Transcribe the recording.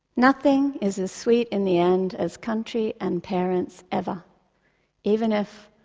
nothing is as sweet in the end as country and parents, ever even if,